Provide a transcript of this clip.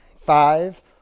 five